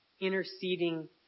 interceding